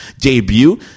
debut